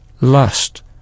lust